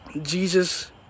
Jesus